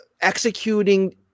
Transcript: executing